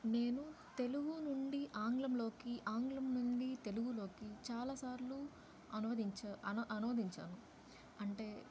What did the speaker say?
నేను తెలుగు నుండి ఆంగ్లంలోకి ఆంగ్లం నుండి తెలుగులోకి చాలా సార్లు అనువదించ అనువదించాను అంటే